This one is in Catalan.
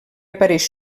apareix